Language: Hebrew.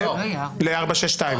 ל-4.62%.